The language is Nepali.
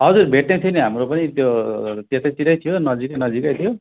हजुर भेट्ने थियो नि हाम्रो पनि त्यो त्यतैतिरै थियो नजिकै नजिकै थियो